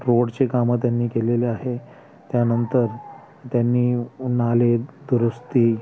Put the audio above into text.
रोडचे कामं त्यांनी केलेले आहे त्यांनतर त्यांनी उ नालेदुरुस्ती